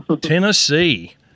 Tennessee